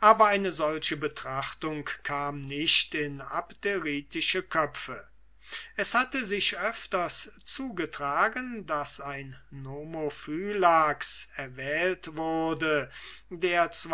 aber eine solche betrachtung kam nicht in abderitische köpfe es hatte sich öfters zugetragen daß ein nomophylax erwählt wurde der